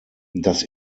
das